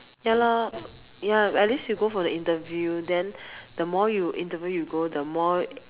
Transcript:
ya lah ya at least you go for the interview then the more you interview you go the more